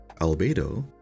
Albedo